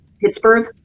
Pittsburgh